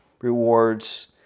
rewards